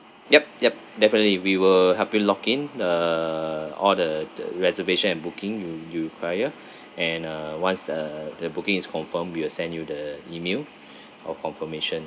yup yup definitely we will help you lock in the all the the reservation and booking you you require and uh once the the booking is confirmed we will send you the email of confirmation